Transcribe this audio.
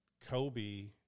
Kobe